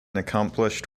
accomplished